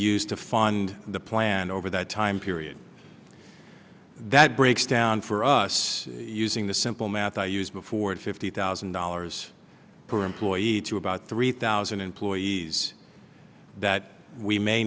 use to fund the plan over that time period that breaks down for us using the simple math i used before fifty thousand dollars per employee to about three thousand employees that we may